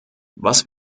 was